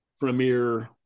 premier